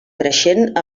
creixent